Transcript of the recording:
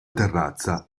terrazza